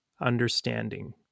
understanding